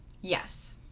yes